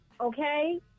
okay